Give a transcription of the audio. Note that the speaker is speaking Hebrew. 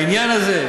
בעניין הזה,